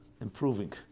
improving